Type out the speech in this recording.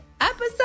episode